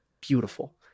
beautiful